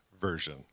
version